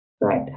Right